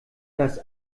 das